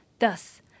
Thus